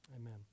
Amen